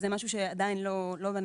אז זה משהו שעדיין לא בנוסח,